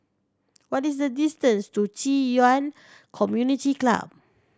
what is the distance to Ci Yuan Community Club